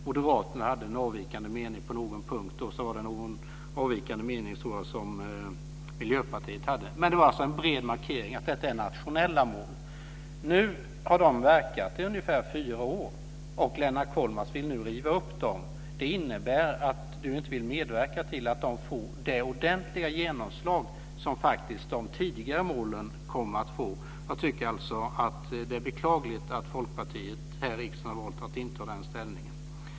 Moderaterna hade liksom även Miljöpartiet på någon punkt en avvikande mening, men det var fråga om en bred markering av att det var fråga om nationella mål. Vi har haft dessa mål i ungefär fyra år, och Lennart Kollmats vill nu riva upp dem. Det innebär att han inte vill medverka till att de får det ordentliga genomslag som de tidigare målen faktiskt fick. Jag tycker att det är beklagligt att Folkpartiet här i riksdagen har valt att inta den ståndpunkten.